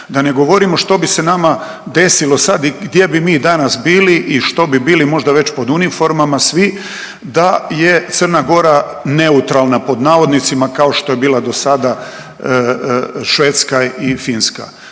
Da ne govorimo što bi se nama desilo sad i gdje bi mi danas bili i što bi bili možda već pod uniformama svi da je Crna Gora neutralna pod navodnicima kao što je bila dosada Švedska i Finska.